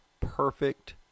perfect